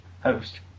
host